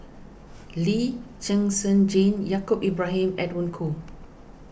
Lee Zhen Zhen Jane Yaacob Ibrahim Edwin Koo